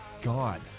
God